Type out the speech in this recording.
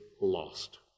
lost